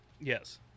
Yes